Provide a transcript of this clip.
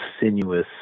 sinuous